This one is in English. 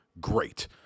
great